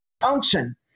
function